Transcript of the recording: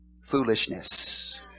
foolishness